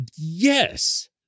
Yes